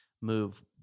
move